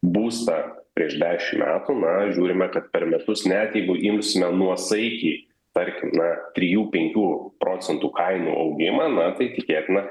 būstą prieš dešim metų na žiūrime kad per metus net jeigu imsime nuosaikiai tarkime trijų penkių procentų kainų augimą na tai tikėtina